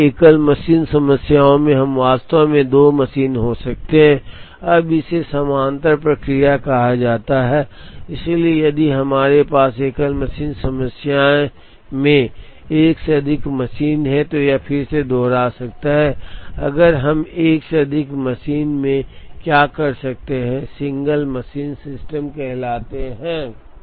कभी कभी एकल मशीन समस्याओं में हम वास्तव में 2 मशीन हो सकते हैं अब इसे समानांतर प्रक्रिया कहा जाता है इसलिए यदि हमारे पास एकल मशीन समस्या में एक से अधिक मशीन हैं तो यह फिर से दोहरा सकता है अगर हम एक से अधिक मशीन में क्या कर सकते हैं सिंगल मशीन सिस्टम कहलाते हैं